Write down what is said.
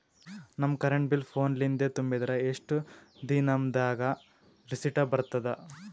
ನಮ್ current bill ಫೋನ ಲಿಂದೇ ತುಂಬಿದ್ರ, ಎಷ್ಟ ದಿ ನಮ್ ದಾಗ ರಿಸಿಟ ಬರತದ?